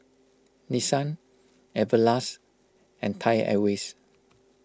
Nissan Everlast and Thai Airways